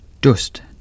Dust